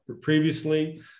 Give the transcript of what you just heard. previously